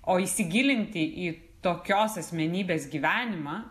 o įsigilinti į tokios asmenybės gyvenimą